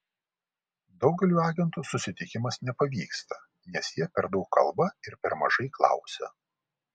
daugeliui agentų susitikimas nepavyksta nes jie per daug kalba ir per mažai klausia